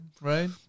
Right